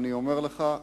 אני אומר לך,